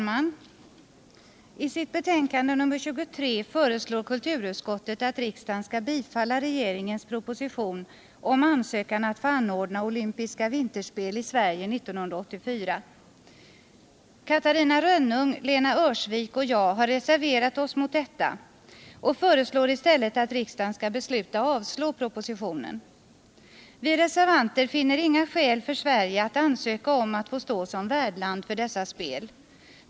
Catarina Rönnung, Lena Öhrsvik och jag har reserverat oss mot detta och föreslår i stället att riksdagen skall besluta avslå propositionen. Vi reservanter finner inga skäl för Sverige att ansöka om att få stå som värdland för dessa spel.